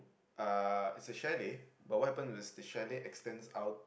uh it's a chalet but what happens is the chalet extends out